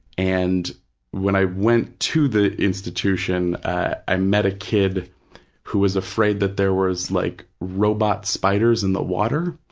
and when i went to the institution, i met a kid who was afraid that there was like robot spiders in the water,